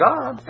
God